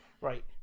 right